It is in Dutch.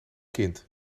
kind